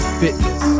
fitness